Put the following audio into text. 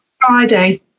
Friday